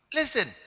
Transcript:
listen